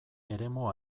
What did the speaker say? eremu